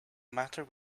matter